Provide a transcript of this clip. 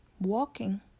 walking